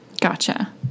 Gotcha